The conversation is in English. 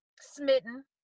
smitten